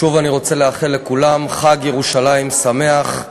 שוב אני רוצה לאחל לכולם חג ירושלים שמח.